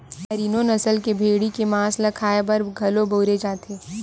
मेरिनों नसल के भेड़ी के मांस ल खाए बर घलो बउरे जाथे